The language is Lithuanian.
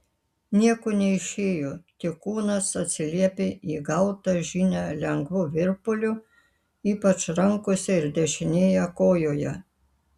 nieko neišėjo tik kūnas atsiliepė į gautą žinią lengvu virpuliu ypač rankose ir dešinėje kojoje